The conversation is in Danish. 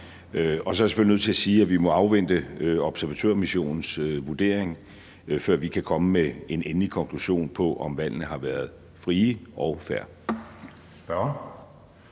Så er jeg selvfølgelig nødt til at sige, at vi må afvente observatørmissionens vurdering, før vi kan komme med en endelig konklusion på, om valget har været frit og fair.